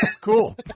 Cool